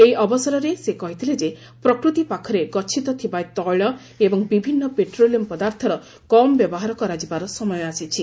ଏହି ଅବସରରେ ସେ କହିଥିଲେ ଯେ ପ୍ରକୁତି ପାଖରେ ଗଛିତ ଥିବା ତେିଳ ଏବଂ ବିଭିନ୍ ପେଟ୍ରୋଲିୟମ୍ ପଦାର୍ଥର କମ୍ ବ୍ୟବହାର କରାଯିବାର ସମୟ ଆସିଛି